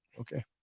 okay